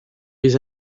les